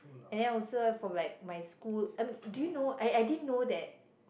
and then I was for like my school and do you know I I didn't know that